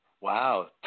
Wow